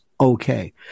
okay